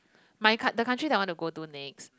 my coun~ the countries that I want to go to next